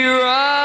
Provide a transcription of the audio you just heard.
right